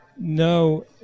no